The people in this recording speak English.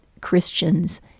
Christians